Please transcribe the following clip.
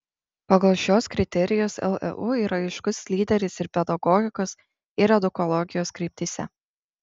pagal šiuos kriterijus leu yra aiškus lyderis ir pedagogikos ir edukologijos kryptyse